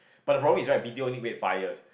but the problem is right B_T_O only wait five years